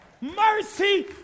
Mercy